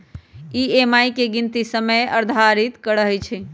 EMI के गीनती समय आधारित रहै छइ